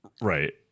Right